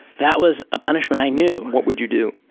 that was a punishment i knew. what would you do?